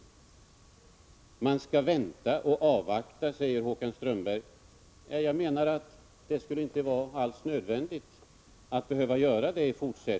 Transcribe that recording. Man skall vänta och avvakta, säger Håkan Strömberg. Det är inte alls nödvändigt att göra det, menar jag.